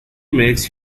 makes